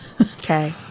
Okay